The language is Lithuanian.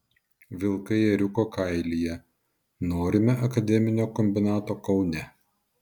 vilkai ėriuko kailyje norime akademinio kombinato kaune